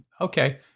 Okay